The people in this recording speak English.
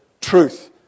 truth